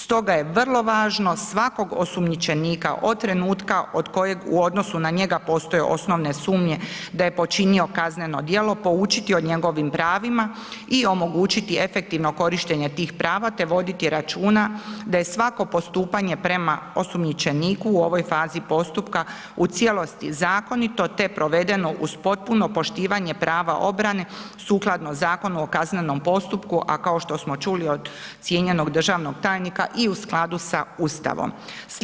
Stoga je vrlo važno svakog osumnjičenika od trenutka od kojeg u odnosu na njega postoje osnovne sumnje da je počinio kazneno djelo, poučiti o njegovim pravima o omogućiti efektivno korištenje tih prava te voditi računa da je svako postupanje prema osumnjičeniku u ovoj fazi postupka u cijelosti zakonito te provedeno uz potpuno poštivanje prava obrane sukladno Zakonu o kaznenom postupku a kao što smo čuli od cijenjenog državnog tajnika i u skladu sa Ustavom.